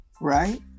Right